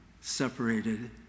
separated